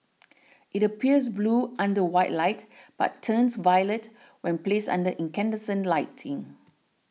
it appears blue under white light but turns violet when placed under incandescent lighting